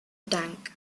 tank